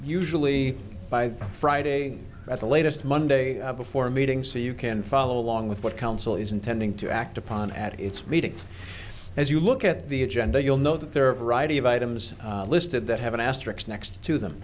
usually by friday at the latest monday before meeting so you can follow along with what council is intending to act upon at its meeting as you look at the agenda you'll note that there are a variety of items listed that have an asterisk next to them